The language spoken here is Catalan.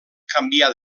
canviar